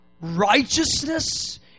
righteousness